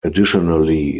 additionally